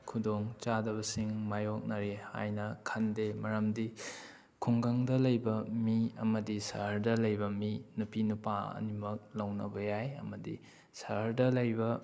ꯈꯨꯗꯣꯡ ꯆꯥꯗꯕꯁꯤꯡ ꯃꯥꯌꯣꯛꯅꯔꯤ ꯍꯥꯏꯅ ꯈꯟꯗꯦ ꯃꯔꯝꯗꯤ ꯈꯨꯡꯒꯪꯗ ꯂꯩꯕ ꯃꯤ ꯑꯃꯗꯤ ꯁꯍꯔꯗ ꯂꯩꯕ ꯃꯤ ꯅꯨꯄꯤ ꯅꯨꯄꯥ ꯑꯅꯤꯃꯛ ꯂꯧꯅꯕ ꯌꯥꯏ ꯑꯃꯗꯤ ꯁꯍꯔꯗ ꯂꯩꯕ